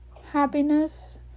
happiness